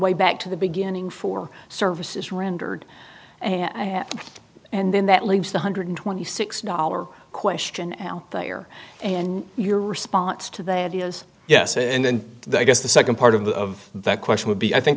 way back to the beginning for services rendered and then that leaves one hundred twenty six dollar question al there and your response to the ideas yes and then i guess the second part of the of that question would be i think